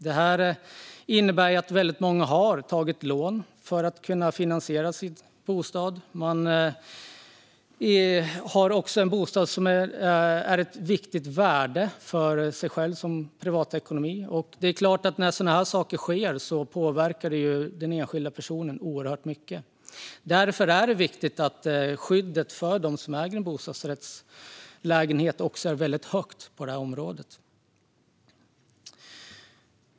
Det innebär att många har tagit lån för att finansiera sitt bostadsköp. Bostaden har också ett stort värde för privatekonomin. När sådant här sker påverkar det givetvis den enskilda personen mycket. Därför är det viktigt att skyddet för dem som äger en bostadsrätt är starkt.